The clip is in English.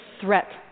threat